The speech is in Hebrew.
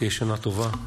שתהיה שנה טובה לכולנו.